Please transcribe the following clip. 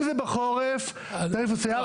אם זה בחורף זה תעריף מסוים.